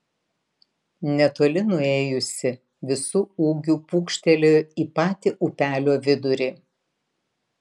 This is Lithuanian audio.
netoli nuėjusi visu ūgiu pūkštelėjo į patį upelio vidurį